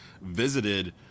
visited